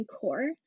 core